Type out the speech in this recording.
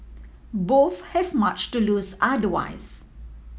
both have much to lose otherwise